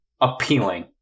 appealing